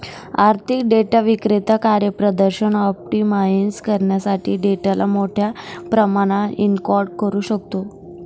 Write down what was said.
आर्थिक डेटा विक्रेता कार्यप्रदर्शन ऑप्टिमाइझ करण्यासाठी डेटाला मोठ्या प्रमाणात एन्कोड करू शकतो